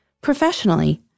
Professionally